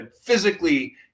physically